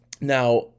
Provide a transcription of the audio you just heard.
Now